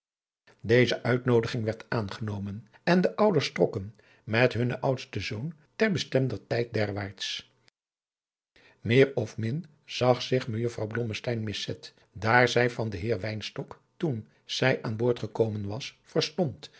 deze uitnoodiging werd aangenomen en de ouders trokken met hunnen adriaan loosjes pzn het leven van johannes wouter blommesteyn oudsten zoon ter bestemder tijd derwaarts meer of min zag zich mejuffrouw blommesteyn miszet daar zij van den heer wynstok toen zij aan boord gekomen was